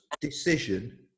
decision